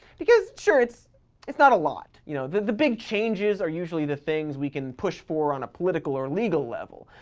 because sure, it's it's not a lot. you know the the big changes are usually the things we can push for on a political or legal level.